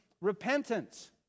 repentance